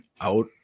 out